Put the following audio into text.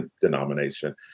denomination